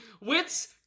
Wits